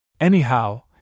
Anyhow